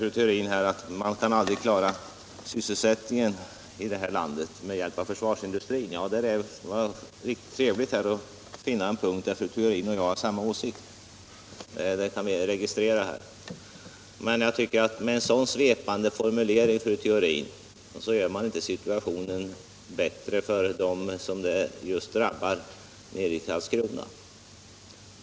Fru Theorin säger att man aldrig kan klara sysselsättningen här i landet med hjälp av försvarsindustrin. Det är riktigt trevligt att finna en punkt där fru Theorin och jag har samma åsikt; det kan vi ju registrera. Men med en sådan svepande formulering, fru Theorin, gör man inte situationen bättre för dem som drabbas nere i Karlskrona.